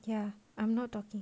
ya I'm not talking